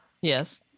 Yes